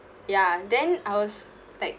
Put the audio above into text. ya then I was like